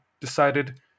decided